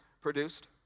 produced